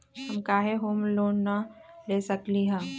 हम काहे home loan न ले सकली ह?